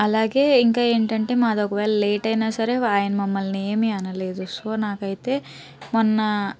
అలాగే ఇంకా ఏంటంటే మాది ఒకవేళ లేట్ అయినా సరే వాయు ఆయన మమ్మల్ని ఏమీ అనలేదు సో నాకైతే మొన్న